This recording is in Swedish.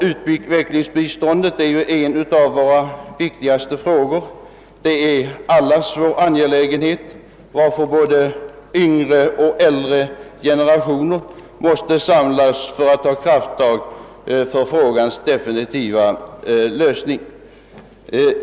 Utvecklingsbiståndet är en av våra viktigaste frågor. Det är allas vår angelägenhet, varför både yngre och äldre generationer måste samlas för att ta krafttag för frågans definitiva lösning.